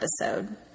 episode